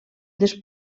dels